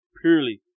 purely